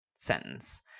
sentence